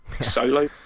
solo